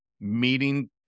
meeting